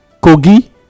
kogi